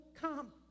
come